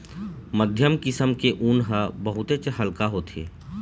मध्यम किसम के ऊन ह बहुतेच हल्का होथे